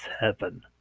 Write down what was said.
heaven